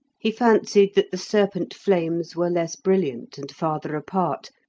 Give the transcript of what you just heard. he fancied that the serpent flames were less brilliant and farther apart,